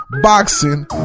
boxing